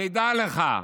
תדע לך,